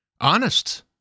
honest